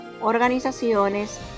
organizaciones